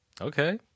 Okay